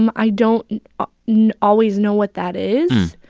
and i don't you know always know what that is,